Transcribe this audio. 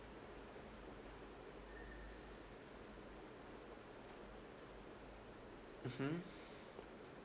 mmhmm